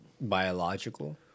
biological